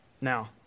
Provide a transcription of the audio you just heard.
Now